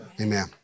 Amen